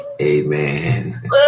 Amen